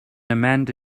amanda